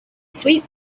sweet